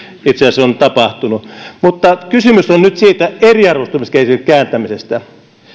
itse asiassa on tapahtunut mutta kysymys on nyt siitä eriarvoistumiskehityksen kääntämisestä